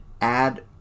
add